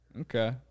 Okay